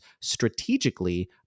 strategically